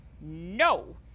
no